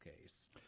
case